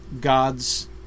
God's